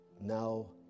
now